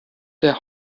der